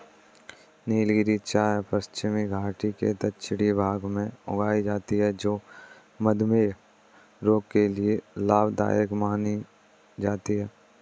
नीलगिरी चाय पश्चिमी घाटी के दक्षिणी भाग में उगाई जाती है जो मधुमेह रोग के लिए लाभदायक मानी जाती है